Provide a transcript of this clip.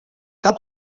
cal